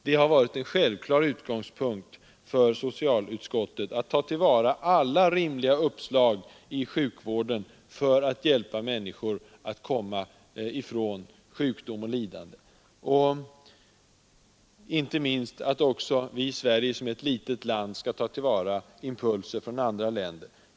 Det har varit en självklar utgångspunkt för socialutskottet att inom sjukvården ta till vara alla rimliga uppslag för att hjälpa människor att komma ifrån sjukdom och lidande. Inte minst bör Sverige som ett litet land dra nytta av impulser från andra länder.